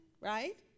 right